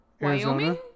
Wyoming